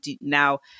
now